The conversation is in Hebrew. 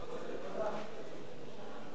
אוקיי,